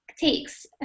takes